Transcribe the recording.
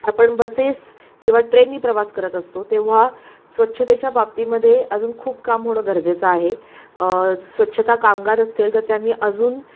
आपण बसेस किंवा ट्रेनने प्रवास करत असतो तेव्हा स्वच्छतेच्या बाबतीमध्ये अजून खूप काम होणं गरजेचं आहे स्वच्छता कामगार असतील तर त्यांनी अजून